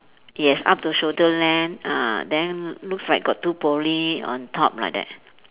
yes up to shoulder length uh then looks like got two pony on top like that